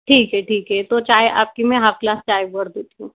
ठीक है ठीक है तो चाय आपकी मैं हाफ़ ग्लास चाय भर देती हूँ